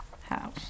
house